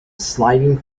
sliding